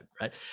right